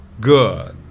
good